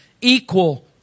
equal